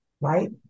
right